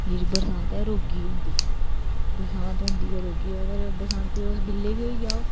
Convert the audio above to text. ते जेहडी बरसांत ऐ ऐ एह् रोगी होंदी बरसांती अगर तुस गिल्ले बी होई जाओ ते